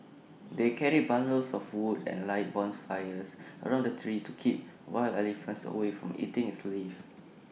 they carried bundles of wood and light bonfires around the tree to keep wild elephants away from eating its leaves